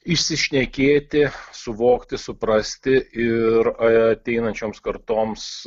išsišnekėti suvokti suprasti ir ateinančioms kartoms